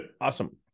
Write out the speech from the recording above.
Awesome